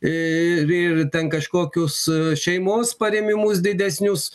ir ir ten kažkokius šeimos parėmimus didesnius